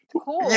Cool